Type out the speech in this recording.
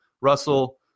Russell